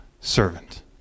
servant